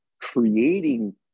creating